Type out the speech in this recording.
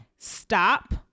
stop